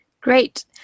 Great